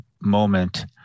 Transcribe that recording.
moment